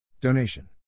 Donation